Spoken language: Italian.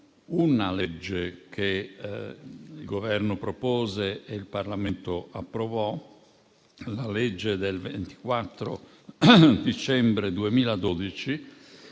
una legge che il Governo propose e il Parlamento approvò - quella del 24 dicembre 2012